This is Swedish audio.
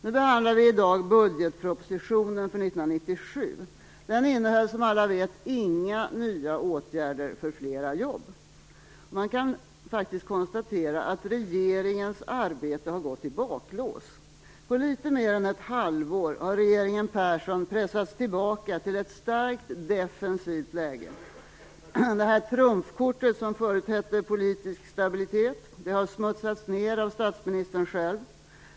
Vi behandlar i dag budgetpropositionen för 1997. Den innehöll som alla vet inga nya åtgärder för flera jobb. Man kan faktiskt konstatera att regeringens arbete har gått i baklås. På litet mer än ett halvår har regeringen Persson pressats tillbaka till ett starkt defensivt läge. Trumfkortet, som förut hette politisk stabilitet, har smutsats ned av statsministern själv.